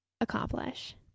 accomplish